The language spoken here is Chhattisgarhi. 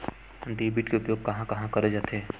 डेबिट के उपयोग कहां कहा करे जाथे?